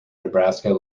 nebraska